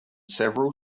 several